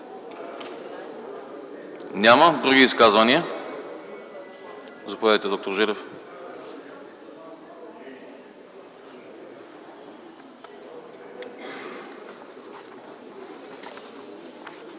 Няма. Други изказвания? Заповядайте, д-р Желев.